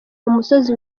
umusozi